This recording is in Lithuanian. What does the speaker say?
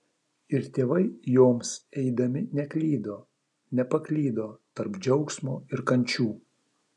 ir tėvai joms eidami neklydo nepaklydo tarp džiaugsmo ir kančių